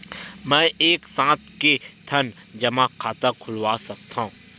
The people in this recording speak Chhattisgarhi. मैं एक साथ के ठन जमा खाता खुलवाय सकथव?